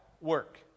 work